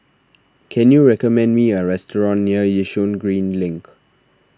can you recommend me a restaurant near Yishun Green Link